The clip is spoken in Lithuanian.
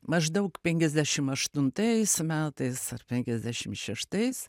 maždaug penkiasdešim aštuntais metais penkiasdešim šeštais